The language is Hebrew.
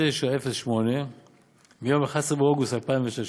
1908 מיום 11 באוגוסט 2016